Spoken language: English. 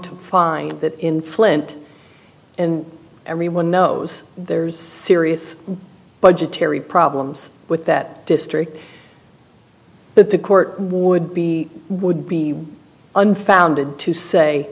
to find that in flint and everyone knows there's serious budgetary problems with that district that the court would be would be unfounded to say